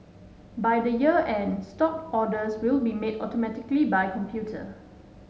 by the year end stock orders will be made automatically by computer